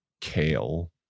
Kale